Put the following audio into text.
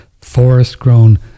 forest-grown